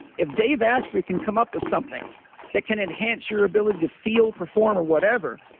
if dave asprey can come up with something that can enhance your ability to feel perform or whatever,